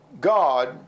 God